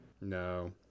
No